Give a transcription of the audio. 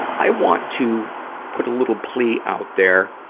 i want to put a little plea out there.